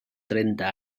trenta